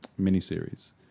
miniseries